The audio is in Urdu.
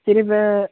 صرف